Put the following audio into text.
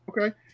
Okay